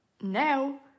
now